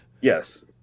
Yes